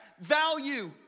value